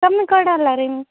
ಕಮ್ಮಿ ಕೊಡಲ್ಲ ರೀ